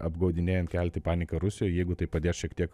apgaudinėjant kelti paniką rusijoj jeigu tai padės šiek tiek